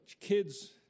kid's